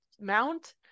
mount